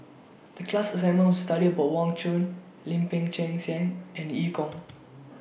The class assignment was to study about Wang Chunde Lim Peng Siang and EU Kong